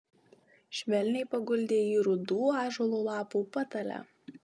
švelniai paguldė jį rudų ąžuolo lapų patale